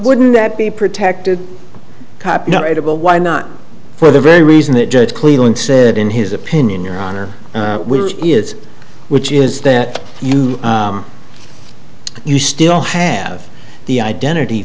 wouldn't that be protected copyrightable why not for the very reason that judge cleveland said in his opinion your honor which is which is that you you still have the identity